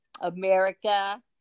America